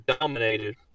dominated